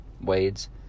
Wade's